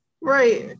Right